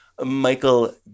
Michael